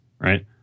right